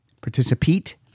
participate